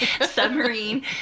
submarine